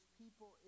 people